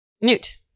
Newt